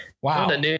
Wow